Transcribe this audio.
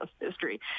history